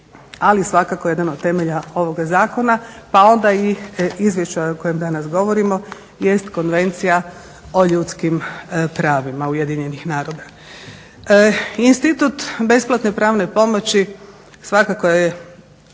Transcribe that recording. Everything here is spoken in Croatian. ali svakako jedan od temelja ovoga zakona, pa onda i izvješća o kojem danas govorimo jest Konvencija o ljudskim pravima Ujedinjenih naroda. Institut besplatne pravne pomoći svakako je